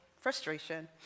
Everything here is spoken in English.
frustration